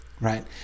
right